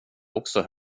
också